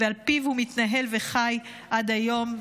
ועל פיו הוא מתנהל וחי עד היום,